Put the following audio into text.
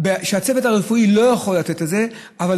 שהצוות הרפואי לא יכול לתת לזה מענה,